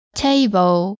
table